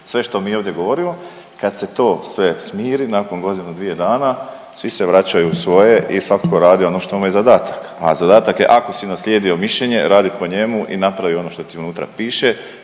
sve što mi ovdje govorimo. Kad se to sve smiri, nakon godinu, dvije dana svi se vraćaju u svoje i svatko radi ono što mu je zadatak. A zadatak je ako si naslijedio mišljenje radi po njemu i napravi ono što ti unutra piše,